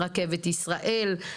"רכבת ישראל".